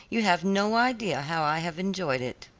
you have no idea how i have enjoyed it.